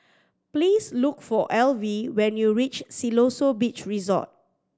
please look for Alvie when you reach Siloso Beach Resort